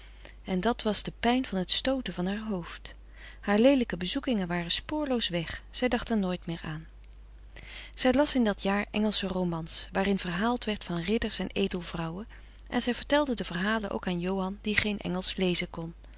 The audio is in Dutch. en dat was de pijn van het stooten van haar hoofd haar leelijke bezoekingen waren spoorloos weg zij dacht er nooit meer aan zij las in dat jaar engelsche romans waarin verhaald werd van ridders en edelvrouwen en zij vertelde de verhalen ook aan johan die geen engelsch lezen kon